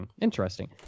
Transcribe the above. Interesting